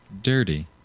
dirty